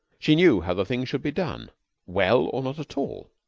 she knew how the thing should be done well, or not at all.